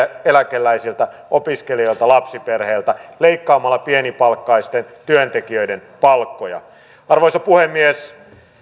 eläkeläisiltä opiskelijoilta lapsiperheiltä leikkaamalla pienipalkkaisten työntekijöiden palkkoja arvoisa puhemies